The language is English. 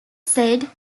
said